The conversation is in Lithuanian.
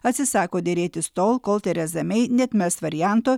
atsisako derėtis tol kol tereza mei neatmes varianto